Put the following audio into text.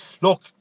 Look